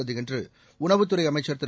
உள்ளது என்று உணவுத்துறை அமைச்சர் திரு